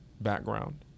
background